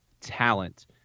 talent